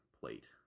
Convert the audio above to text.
plate